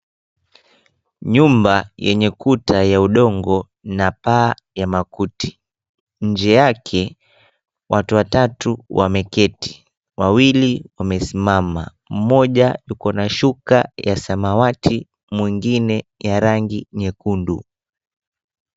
Nyumba yenye kuta ya udongo na paa ya makuti. Nje yake watu watatu wameketi, wawili wamesimama, mmoja yuko na shuka ya samawati, mwengine ya rangi nyekundu.